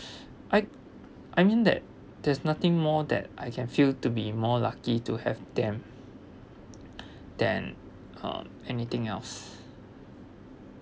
I I mean that there's nothing more that I can feel to be more lucky to have them than uh anything else